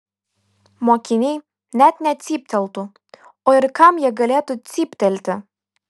mokiniai net necypteltų o ir kam jie galėtų cyptelti